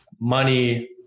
money